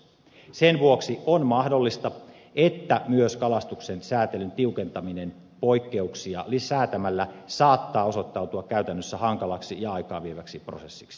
sen vuoksi on mahdollista että myös kalastuksen säätelyn tiukentaminen poikkeuksia säätämällä saattaa osoittautua käytännössä hankalaksi ja aikaa vieväksi prosessiksi